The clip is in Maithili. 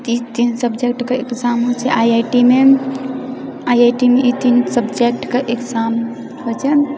तीन सब्जेक्ट आइआइटीमे आइआइटीमे ई तीनू सब्जेक्ट कऽ एग्जाम होइत छै